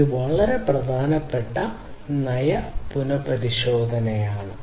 ഇത് വളരെ പ്രധാനപ്പെട്ട ഒരു നയ പുനonsപരിശോധനയാണ്